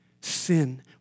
Sin